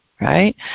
right